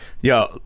Yo